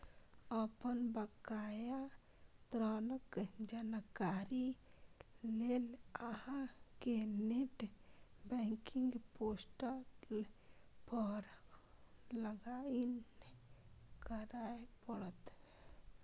अपन बकाया ऋणक जानकारी लेल अहां कें नेट बैंकिंग पोर्टल पर लॉग इन करय पड़त